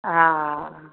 हा हा